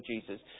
Jesus